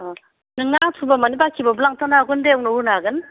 ओह नोंनो आथुरबा माने बाखिबाबो लांथ'नो हागोन दे उनाव होनो हागोन